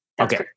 Okay